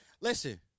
Listen